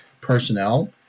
personnel